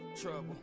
trouble